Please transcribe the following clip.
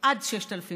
עד 6,000,